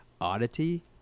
oddity